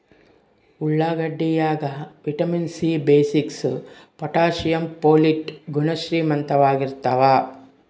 ಉಳ್ಳಾಗಡ್ಡಿ ಯಾಗ vitamin C B six potassium ಪೊಲಿಟ್ ಗುಣ ಶ್ರೀಮಂತವಾಗಿರ್ತಾವ